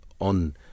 on